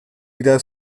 lidé